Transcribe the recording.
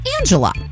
Angela